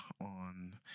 on